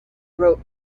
wrote